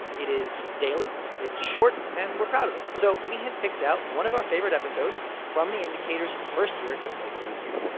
it is daily. it's short. and we're proud of it. so we have picked out one of our favorite episodes from the indicator's first year to play for you here.